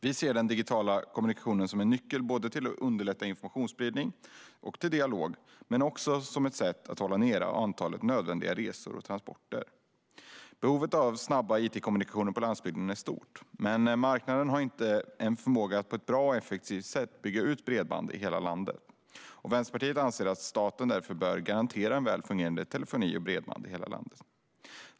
Vi ser den digitala kommunikationen både som en nyckel till att underlätta informationsspridning och dialog och som ett sätt att hålla ned antalet nödvändiga resor och transporter. Behovet av snabba it-kommunikationer på landsbygden är stort, men marknaden har inte förmåga att på ett bra och effektivt sätt bygga ut bredband i hela landet. Vänsterpartiet anser att staten därför bör garantera väl fungerande telefoni och bredband i hela landet.